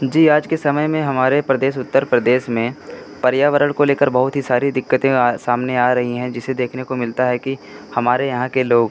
जी आज के समय में हमारे प्रदेश उत्तर प्रदेश में पर्यावरण को लेकर बहुत ही सारी दिक़्क़तें सामने आ रही हैं जैसे देखने को मिलता है कि हमारे यहाँ के लोग